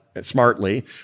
smartly